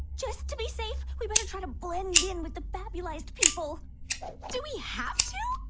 just to be safe we better try to blend in with the fabulous people do we have to